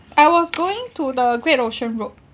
I was going to the great ocean road